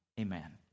Amen